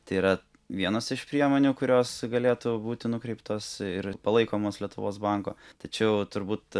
tai yra vienos iš priemonių kurios galėtų būti nukreiptos ir palaikomos lietuvos banko tačiau turbūt